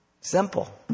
simple